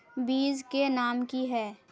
बीज के नाम की है?